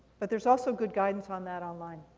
but there's also good guidance on that online.